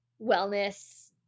wellness